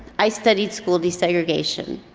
i studied school desegregation.